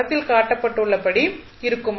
படத்தில் காட்டப்பட்டுள்ளபடி இருக்கும்